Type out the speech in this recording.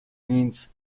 means